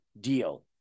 deal